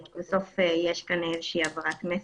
בסוף יש כאן איזושהי העברת מסר.